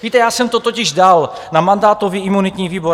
Víte, já jsem to totiž dal na mandátový a imunitní výbor.